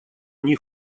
они